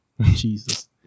jesus